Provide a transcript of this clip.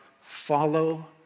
follow